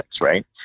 Right